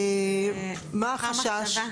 מה החשש?